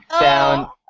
down